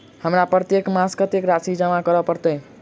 हमरा प्रत्येक मास कत्तेक राशि जमा करऽ पड़त?